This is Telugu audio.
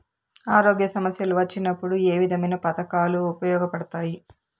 ఆరోగ్య సమస్యలు వచ్చినప్పుడు ఏ విధమైన పథకాలు ఉపయోగపడతాయి